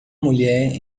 mulher